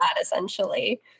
essentially